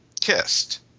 kissed